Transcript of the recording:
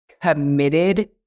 committed